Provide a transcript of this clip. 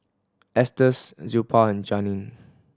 Estes Zilpah and Janine